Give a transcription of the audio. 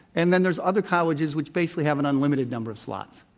and then there's other colleges which basically have an unlimited number of slots.